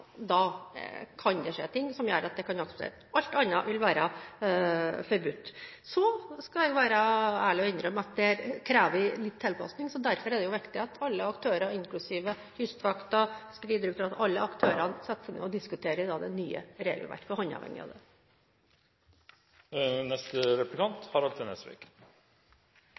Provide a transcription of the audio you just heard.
gjør at det kan aksepteres, alt annet vil være forbudt. Så skal jeg være ærlig og innrømme at det krever litt tilpasning, og derfor er det viktig at alle aktører, inklusiv Kystvakten, setter seg ned og diskuterer det nye regelverket og håndhevingen av det. Jeg vil benytte anledningen til å takke statsråden for